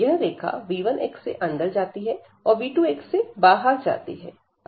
यह रेखा v1x से अंदर जाती है और v2 से बाहर जाती है